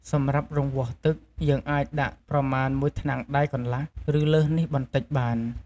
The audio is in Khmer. សម្រាប់រង្វាស់ទឹក យើងអាចដាក់ប្រមាណមួយថ្នាំងដៃកន្លះ ឬ លើសនេះបន្តិចបាន។